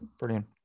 brilliant